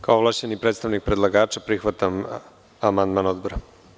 Kao ovlašćeni predstavnik predlagača prihvatam amandman Odbora.